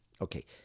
Okay